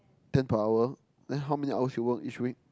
ten per hour then how many hours you work each week